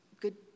good